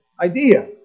idea